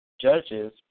Judges